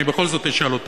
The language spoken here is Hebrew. אני בכל זאת אשאל אותה.